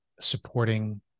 Supporting